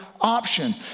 option